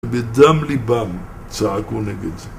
בדם ליבם צעקו נגד זה